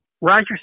Roger